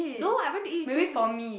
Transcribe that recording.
no I went to eat two